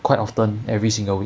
quite often every single week